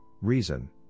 reason